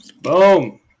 Boom